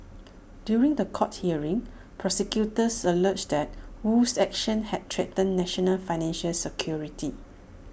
during The Court hearing prosecutors alleged that Wu's actions had threatened national financial security